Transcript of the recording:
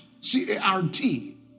C-A-R-T